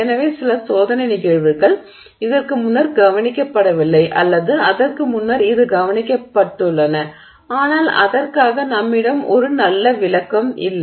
எனவே சில சோதனை நிகழ்வுகள் இதற்கு முன்னர் கவனிக்கப்படவில்லை அல்லது அதற்கு முன்னர் இது கவனிக்கப்பட்டுள்ளன ஆனால் அதற்காக நம்மிடம் ஒரு நல்ல விளக்கம் இல்லை